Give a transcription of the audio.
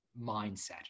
mindset